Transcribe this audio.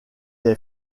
est